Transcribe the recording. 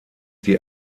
die